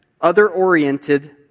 other-oriented